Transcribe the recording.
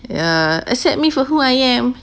ya accept me for who I am